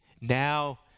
Now